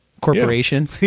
Corporation